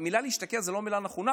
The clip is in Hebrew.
המילה "להשתקע" היא לא המילה הנכונה,